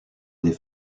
des